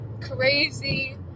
crazy